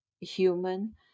human